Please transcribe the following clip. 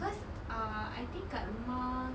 cause uh I think kat rumah